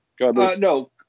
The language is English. No